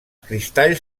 cristalls